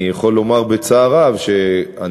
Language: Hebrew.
אני יכול לומר בצער רב שהיום,